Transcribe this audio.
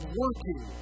working